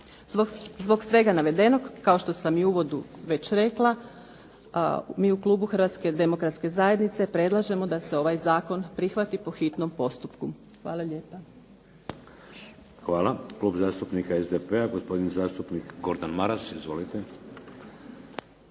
Zbog svega navedenog kao što sam i u uvodu već rekla mi u klubu Hrvatske demokratske zajednice predlažemo da se ovaj zakon prihvati po hitnom postupku. Hvala lijepa. **Šeks, Vladimir (HDZ)** Hvala. Klub zastupnika SDP-a, gospodin zastupnik Gordan Maras. Izvolite. **Maras,